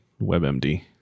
WebMD